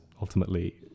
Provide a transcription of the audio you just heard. ultimately